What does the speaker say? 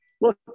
Look